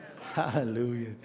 Hallelujah